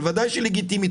אבל בוודאי שהיא לגיטימית,